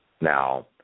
Now